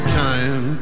time